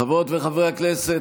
חברות וחברי הכנסת,